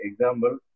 example